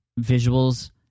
visuals